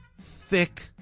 thick